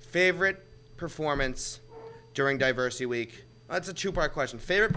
favorite performance during diversity week that's a two part question fa